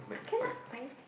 okay lah five